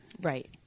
right